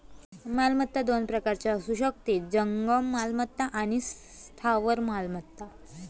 मालमत्ता दोन प्रकारची असू शकते, जंगम मालमत्ता आणि स्थावर मालमत्ता